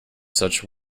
such